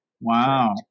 Wow